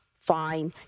Fine